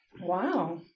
Wow